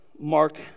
Mark